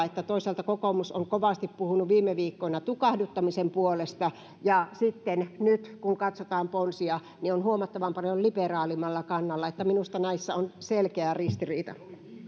että toisaalta kokoomus on kovasti puhunut viime viikkoina tukahduttamisen puolesta ja nyt kun katsotaan ponsia niin on huomattavan paljon liberaalimmalla kannalla minusta näissä on selkeä ristiriita